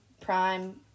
Prime